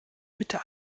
bitte